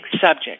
subject